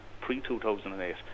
pre-2008